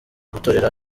gutorera